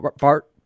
Bart